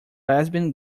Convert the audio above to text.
lesbian